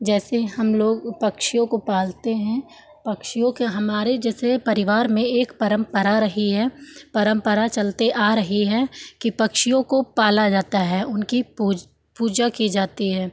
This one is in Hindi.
जैसे हम लोग वो पक्षियों को पालते हैं पक्षियों की हमारे जैसे परिवार में एक परम्परा रही है परम्परा चलती आ रही है कि पक्षियों को पाला जाता है उनकी पूज पूजा की जाती है